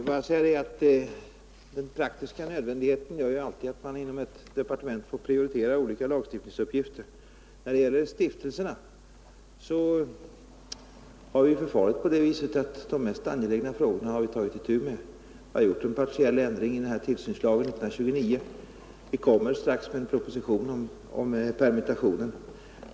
Herr talman! Jag vill bara säga att den praktiska nödvändigheten alltid gör att man inom ett departement får prioritera olika lagstiftningsuppgifter. När det gäller stiftelserna har vi förfarit på det viset att vi tagit itu med de mest angelägna frågorna. Vi har gjort en partiell ändring i tillsynslagen av 1929, och vi kommer strax med en proposition om permutationer.